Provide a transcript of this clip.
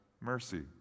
mercy